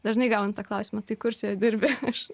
dažnai gaunu tą klausimą tai kur čia dirbi aš